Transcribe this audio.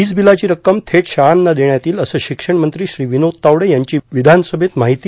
वीज बिलाची रक्कम थेट शाळांना देण्यात येईल असं शिक्षण मंत्री श्री विनोद तावडे यांची विधानसभेत माहिती